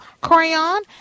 crayon